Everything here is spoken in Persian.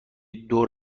دور